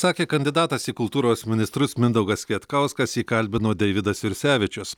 sakė kandidatas į kultūros ministrus mindaugas kvietkauskas jį kalbino deividas jursevičius